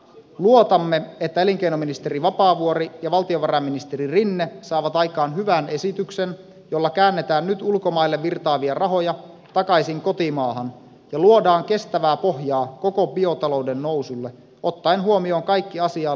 luotamme että elinkeinoministeri vapaavuori ja valtiovarainministeri rinne saavat aikaan hyvän esityksen jolla käännetään nyt ulkomaille virtaavia rahoja takaisin kotimaahan ja luodaan kestävää pohjaa koko biotalouden nousulle ottaen huomioon kaikki asiaan liittyvät näkökulmat